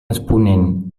exponent